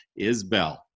Isbell